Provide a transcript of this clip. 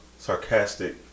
sarcastic